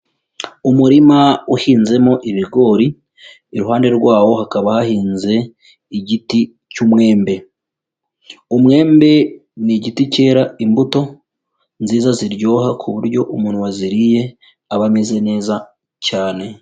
Umurima uhinzemo ibigori, iruhande rwawo hakaba hahinze igiti cy'umwembe. Umwembe ni igiti cyera imbuto nziza ziryoha ku buryo umuntu waziriye aba ameze neza cyane.